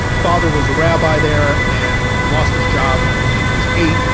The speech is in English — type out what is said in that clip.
father was a rabbi there and lost his job when houdini was eight.